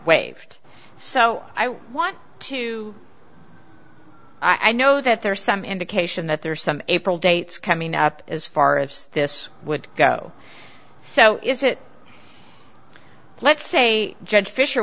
waived so i want to i know that there is some indication that there are some april dates coming up as far as this would go so is it let's say judge fisher